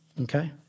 Okay